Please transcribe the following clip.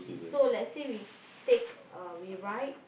so let's say we take uh we ride